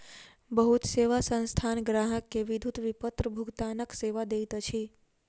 बहुत सेवा संस्थान ग्राहक के विद्युत विपत्र भुगतानक सेवा दैत अछि